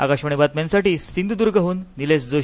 आकाशवाणी बातम्यासाठी सिंधुद्र्गह्न निलेश जोशी